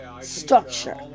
structure